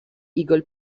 eagle